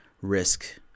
risk